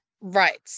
right